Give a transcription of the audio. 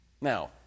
Now